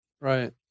Right